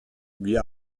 wie